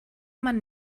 man